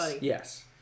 Yes